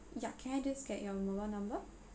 yup can I just get your mobile number